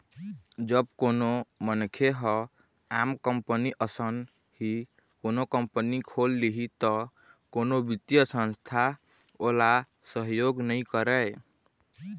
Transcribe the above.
जब कोनो मनखे ह आम कंपनी असन ही कोनो कंपनी खोल लिही त कोनो बित्तीय संस्था ओला सहयोग नइ करय